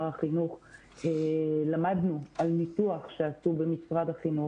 החינוך למדנו על ניתוח שעשו במשרד החינוך,